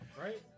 Right